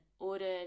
Ordered